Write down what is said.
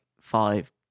five